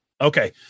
Okay